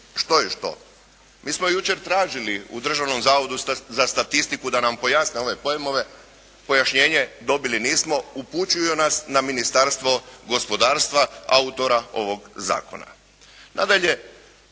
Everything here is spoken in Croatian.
što je što. Mi smo jučer tražili u Državnom zavodu za statistiku da nam pojasne ove pojmove, pojašnjenje dobili nismo, upućuju nas na Ministarstvo gospodarstva autora ovog zakona. Nadalje,